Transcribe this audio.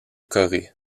corée